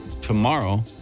Tomorrow